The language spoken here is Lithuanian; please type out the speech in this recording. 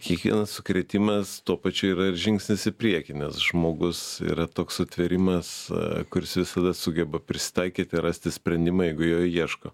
kiekvienas sukrėtimas tuo pačiu yra ir žingsnis į priekį nes žmogus yra toks sutvėrimas kuris visada sugeba prisitaikyti rasti sprendimą jeigu jo ieško